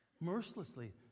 mercilessly